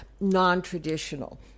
non-traditional